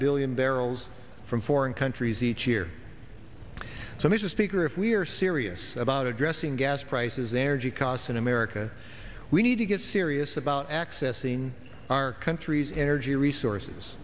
billion barrels from foreign countries each year so mr speaker if we are serious about addressing gas prices energy costs in america we need to get serious about accessing our country's energy resources